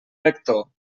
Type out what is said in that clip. lector